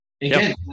Again